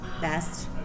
Best